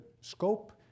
scope